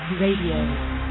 Radio